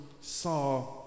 saw